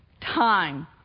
Time